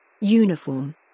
Uniform